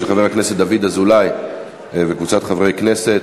של חבר הכנסת דוד אזולאי וקבוצת חברי הכנסת.